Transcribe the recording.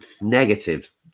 negatives